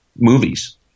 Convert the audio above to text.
Movies